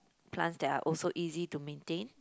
plants that are also easy to maintain